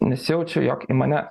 nesijaučiu jog į mane